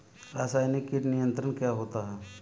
रसायनिक कीट नियंत्रण क्या होता है?